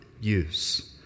use